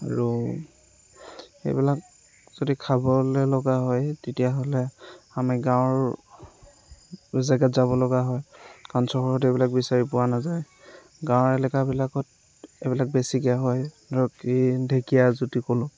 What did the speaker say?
আৰু এইবিলাক যদি খাবলৈ লগা হয় তেতিয়াহ'লে আমি গাঁৱৰ জেগাত যাবলগীয়া হয় কাৰণ চহৰত এইবিলাক বিচাৰি পোৱা নাযায় গাঁৱৰ এলেকাবিলাকত এইবিলাক বেছিকৈ হয় ধৰক এই ঢেকীয়া যিটো ক'লো